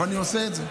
אבל אני עושה את זה.